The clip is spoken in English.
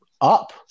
up